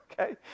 okay